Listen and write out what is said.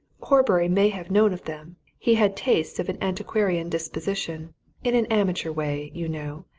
horbury may have known of them he had tastes of an antiquarian disposition in an amateur way, you know.